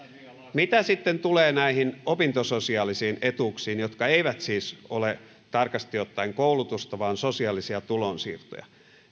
mitä sitten tulee näihin opintososiaalisiin etuuksiin jotka eivät siis ole tarkasti ottaen koulutusta vaan sosiaalisia tulonsiirtoja